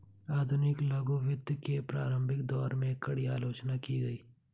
आधुनिक लघु वित्त के प्रारंभिक दौर में, कड़ी आलोचना की गई